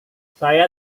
saya